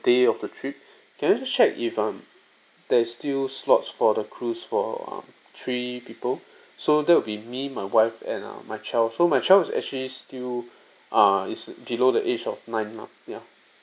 day of the trip can I just check if um there is still slots for the cruise for um three people so that will be me my wife and uh my child so my child is actually still uh is below the age of nine month ya